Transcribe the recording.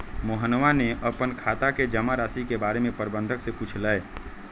मोहनवा ने अपन खाता के जमा राशि के बारें में प्रबंधक से पूछलय